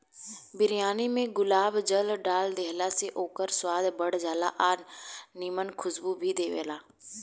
बिरयानी में गुलाब जल डाल देहला से ओकर स्वाद बढ़ जाला आ निमन खुशबू भी देबेला